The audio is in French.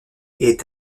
est